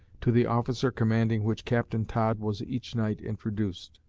to the officer commanding which captain todd was each night introduced.